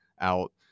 out